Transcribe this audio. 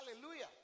Hallelujah